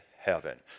heaven